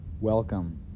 Welcome